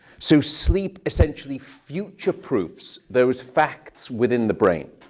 so sleep essentially future-proofs those facts within the brain.